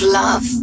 love